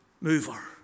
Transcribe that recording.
mover